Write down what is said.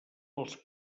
als